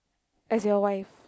as your wife